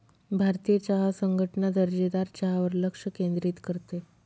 भारतीय चहा संघटना दर्जेदार चहावर लक्ष केंद्रित करते